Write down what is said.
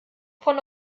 von